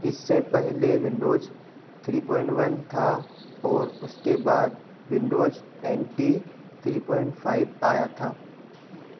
इससे पहले Windows three point one था और उसके बाद Windows N T three point five आया था